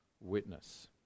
witness